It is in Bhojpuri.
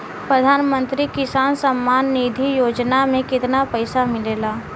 प्रधान मंत्री किसान सम्मान निधि योजना में कितना पैसा मिलेला?